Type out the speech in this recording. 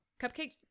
cupcake